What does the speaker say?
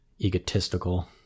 egotistical